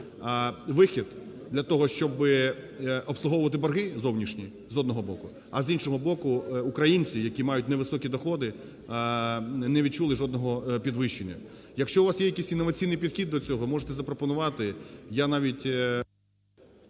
вихід для того, щоб обслуговувати борги зовнішні, з одного боку, а з іншого боку, українці, які мають невисокі доходи, не відчули жодного підвищення. Якщо у вас є якісь інноваційний підхід до цього, можете запропонувати,